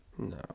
No